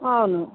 అవును